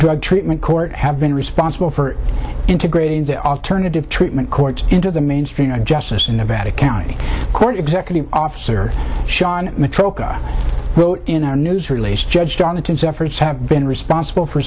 drug treatment court have been responsible for integrating the alternative treatment courts into the mainstream justice in nevada county court executive officer sean matoaca wrote in our news release judge jonathan's efforts have been responsible for